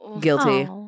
Guilty